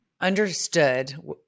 understood